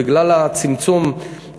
בגלל הצמצום,